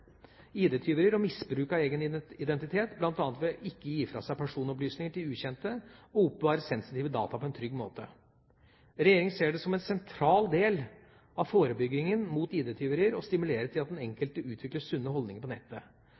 ID-tyverier og misbruk av egen identitet, bl.a. ved ikke å gi fra seg personopplysninger til ukjente og oppbevare sensitive data på en trygg måte. Regjeringa ser det som en sentral del av forebyggingen mot ID-tyverier å stimulere til at den enkelte utvikler sunne holdninger på nettet.